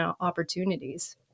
opportunities